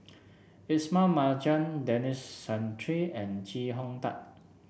Ismail Marjan Denis Santry and Chee Hong Tat